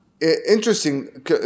Interesting